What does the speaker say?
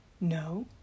No